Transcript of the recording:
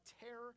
terror